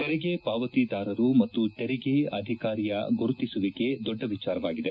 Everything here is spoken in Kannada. ತೆರಿಗೆ ಪಾವತಿದಾರರು ಮತ್ತು ತೆರಿಗೆ ಅಧಿಕಾರಿಯ ಗುರುತಿಸುವಿಕೆ ದೊಡ್ಡ ವಿಚಾರವಾಗಿದೆ